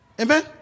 Amen